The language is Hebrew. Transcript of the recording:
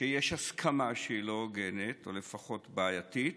שיש הסכמה שהיא לא הוגנת או לפחות בעייתית,